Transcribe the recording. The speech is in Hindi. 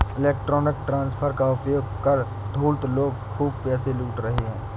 इलेक्ट्रॉनिक ट्रांसफर का उपयोग कर धूर्त लोग खूब पैसे लूट रहे हैं